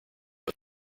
but